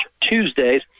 Tuesdays